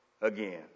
again